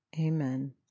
Amen